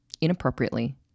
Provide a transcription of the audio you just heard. inappropriately